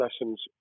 lessons